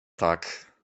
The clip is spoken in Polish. tak